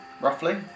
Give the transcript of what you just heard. roughly